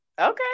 Okay